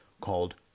called